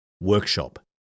workshop